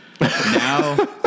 Now